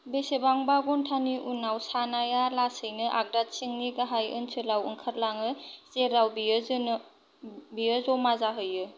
बेसेबांबा घन्टानि उनाव सानाया लासैनो आगदाथिंनि गाहाय ओनसोलाव ओंखारलाङो जेराव बेयो ज'मा जाहैयो